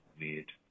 weird